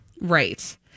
Right